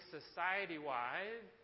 society-wide